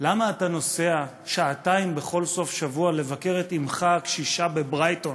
למה אתה נוסע שעתיים בכל סוף-שבוע לבקר את אמך הקשישה בברייטון